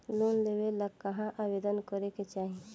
Loan लेवे ला कहाँ आवेदन करे के चाही?